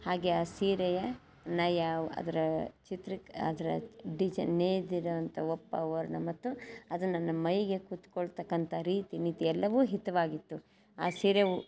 ಹಾಗೇ ಆ ಸೀರೆಯ ನಯ ಅದರ ಚಿತ್ರಿಕ್ ಅದರ ಡಿಸೈನ್ ನೇಯ್ದಿರೋಂಥ ಒಪ್ಪ ವರ್ಣ ಮತ್ತು ಅದು ನನ್ನ ಮೈಗೆ ಕೂತ್ಕೊಳ್ತಕ್ಕಂಥ ರೀತಿ ನೀತಿ ಎಲ್ಲವೂ ಹಿತವಾಗಿತ್ತು ಆ ಸೀರೆ ಉ